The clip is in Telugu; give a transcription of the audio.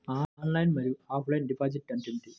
ఆన్లైన్ మరియు ఆఫ్లైన్ డిపాజిట్ అంటే ఏమిటి?